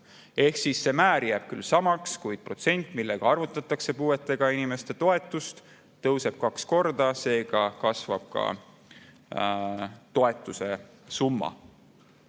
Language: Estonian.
Ehk siis see määr jääb küll samaks, kuid protsent, millega arvutatakse puuetega inimeste toetust, tõuseb kaks korda, seega kasvab ka toetuse summa. Nüüd